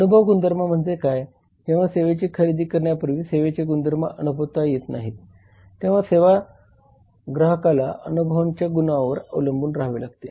अनुभव गुणधर्म जेव्हा सेवेची खरेदी करण्यापूर्वी सेवेचे गुणधर्म अनुभवता येत नाहीत तेव्हा ग्राहकाला अनुभवाच्या गुणांवर अवलंबून राहावे लागते